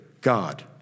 God